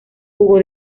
jugó